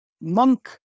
Monk